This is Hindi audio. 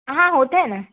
हाँ हाँ होता है ना